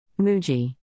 Muji